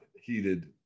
heated